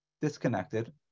disconnected